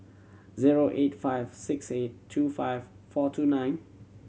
zero eight five six eight two five four two nine